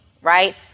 Right